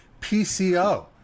PCO